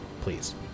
please